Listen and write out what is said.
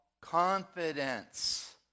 confidence